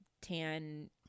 tan